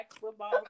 football